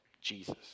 Jesus